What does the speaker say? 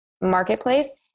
marketplace